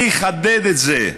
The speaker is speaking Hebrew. אני אחדד את זה.